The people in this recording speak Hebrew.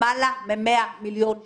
למעלה מ-100 מיליון שקל.